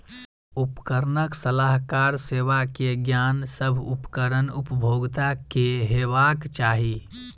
उपकरणक सलाहकार सेवा के ज्ञान, सभ उपकरण उपभोगता के हेबाक चाही